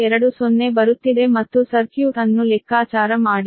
20 ಬರುತ್ತಿದೆ ಮತ್ತು ಸರ್ಕ್ಯೂಟ್ ಅನ್ನು ಲೆಕ್ಕಾಚಾರ ಮಾಡಿ